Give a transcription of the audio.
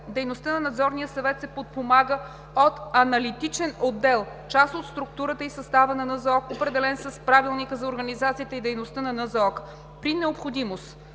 Дейността на Надзорния съвет се подпомага от аналитичен отдел, част от структурата и състава на НЗОК, определен с Правилника за организацията и дейността на НЗОК. При необходимост